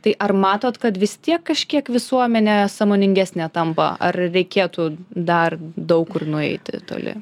tai ar matot kad vis tiek kažkiek visuomenė sąmoningesnė tampa ar reikėtų dar daug kur nueiti toli